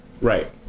Right